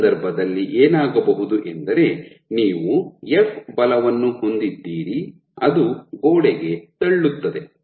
ಈ ಸಂದರ್ಭದಲ್ಲಿ ಏನಾಗಬಹುದು ಎಂದರೆ ನೀವು ಎಫ್ ಬಲವನ್ನು ಹೊಂದಿದ್ದೀರಿ ಅದು ಗೋಡೆಗೆ ತಳ್ಳುತ್ತದೆ